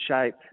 shape